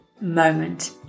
moment